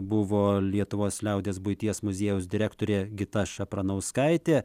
buvo lietuvos liaudies buities muziejaus direktorė gita šapranauskaitė